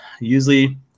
Usually